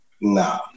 Nah